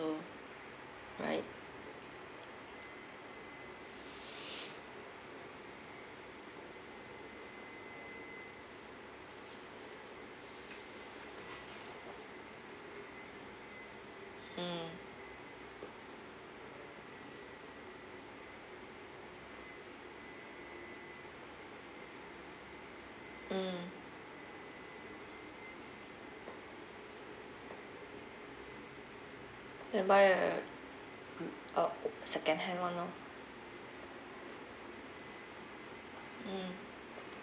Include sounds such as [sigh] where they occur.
right [breath] mm mm then buy a uh old second hand one lor mm